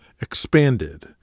expanded